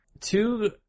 two